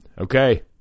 okay